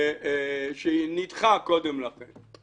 שנדחה קודם לכן.